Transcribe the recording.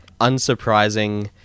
unsurprising